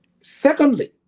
Secondly